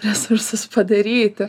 resursus padaryti